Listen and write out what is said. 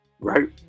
right